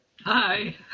Hi